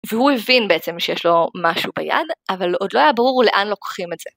והוא הבין בעצם שיש לו משהו ביד, אבל עוד לא היה ברור הוא לאן לוקחים את זה.